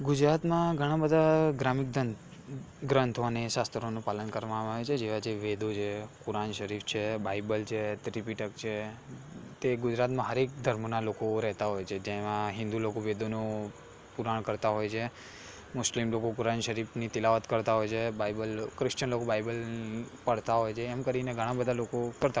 ગુજરાતમાં ઘણાં બધા ધાર્મિક દંથ ગ્રંથો અને શાસ્ત્રોનું પાલન કરવામાં આવે છે જેવા છે વેદો છે કુરાન શરીફ છે બાઇબલ છે ત્રિપિટક છે તે ગુજરાતમાં દરેક ધર્મના લોકો રહેતા હોય છે તેમાં હિંદુ લોકો વેદોનો પુરાણ કરતા હોય છે મુસ્લિમ લોકો કુરાન શરીફની તિલાવત કરતા હોય છે બાઇબલ લો ક્રિશ્ચન લોકો બાઇબલ પઢતા હોય છે એમ કરીને ઘણા બધા લોકો કરતા હોય છે